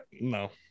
no